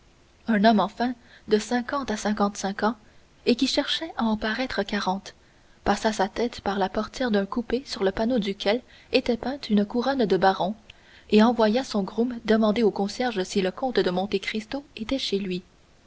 un homme enfin de cinquante à cinquante-cinq ans et qui cherchait à en paraître quarante passa sa tête par la portière d'un coupé sur le panneau duquel était peinte une couronne de baron et envoya son groom demander au concierge si le comte de monte cristo était chez lui